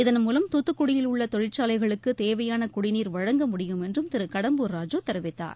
இதன்மூலம் தூத்துக்குடியில் உள்ள தொழிற்சாலைகளுக்குத் தேவையான குடிநீர் வழங்க முடியும் என்றும் திரு கடம்பூர் ராஜூ தெரிவித்தார்